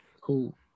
Cool